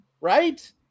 Right